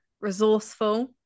resourceful